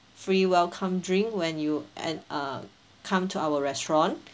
free welcome drink when you and uh come to our restaurant